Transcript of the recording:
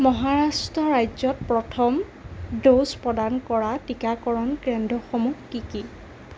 মহাৰাষ্ট্ৰ ৰাজ্যত প্ৰথম ড'জ প্ৰদান কৰা টীকাকৰণ কেন্দ্ৰসমূহ কি কি